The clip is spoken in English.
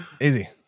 easy